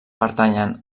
pertanyen